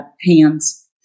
hands